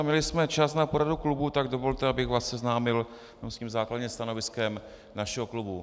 Měli jsme čas na poradu klubů, tak dovolte, abych vás seznámil s tím základním stanoviskem našeho klubu.